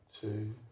two